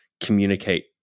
communicate